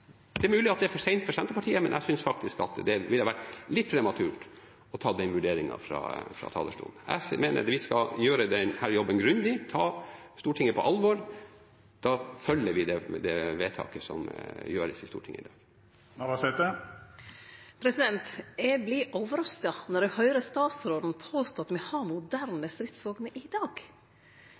Det er mulig det er for sent for Senterpartiet, men jeg synes faktisk det ville vært litt prematurt å ta den vurderingen fra talerstolen. Jeg mener vi skal gjøre denne jobben grundig og ta Stortinget på alvor. Da følger vi det vedtaket som gjøres i Stortinget i dag. Eg vert overraska når eg høyrer statsråden påstår at me har moderne stridsvogner i dag.